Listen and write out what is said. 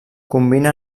combina